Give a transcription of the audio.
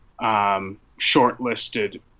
shortlisted